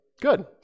Good